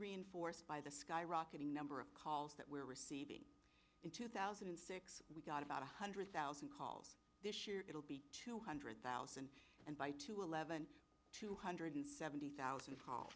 reinforced by the skyrocketing number of calls that we're receiving in two thousand and six we got about one hundred thousand calls this year it'll be two hundred thousand and by two eleven two hundred seventy thousand call